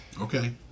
Okay